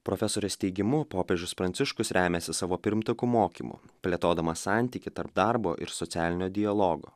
profesorės teigimu popiežius pranciškus remiasi savo pirmtakų mokymu plėtodamas santykį tarp darbo ir socialinio dialogo